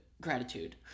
Gratitude